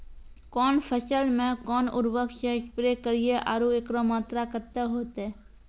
कौन फसल मे कोन उर्वरक से स्प्रे करिये आरु एकरो मात्रा कत्ते होते?